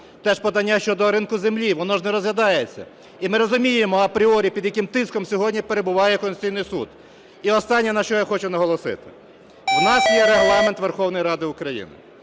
Теж подання щодо ринку землі, воно не розглядається. І ми розуміємо апріорі, під яким тиском сьогодні перебуває Конституційний Суд. І останнє, на що я хочу наголосити. У нас є Регламент Верховної Ради України,